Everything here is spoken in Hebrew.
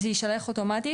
זה יישלח אוטומטית.